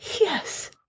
Yes